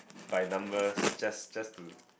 by numbers just just to